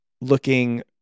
Looking